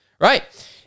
right